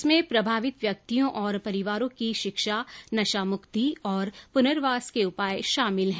इसमें प्रभावित व्यक्तियों और परिवारों की शिक्षा नशामुक्ति और पुनर्वास को उपाय शामिल हैं